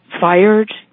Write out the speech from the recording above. fired